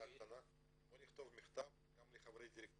הצעה קטנה, בוא נכתוב מכתב גם לחברי הדירקטוריון